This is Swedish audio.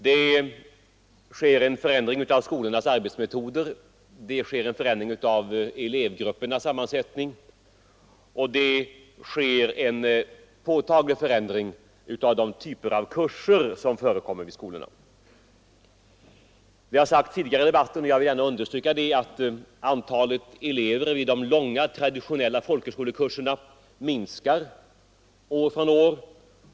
Det sker en förändring av skolornas arbetsmetoder, av elevgruppernas sammansättning och av de typer av kurser som förekommer vid skolorna. Det har sagts tidigare i debatten — och jag vill gärna understryka det — att antalet elever vid de långa traditionella folkhögskolekurserna minskar år från år.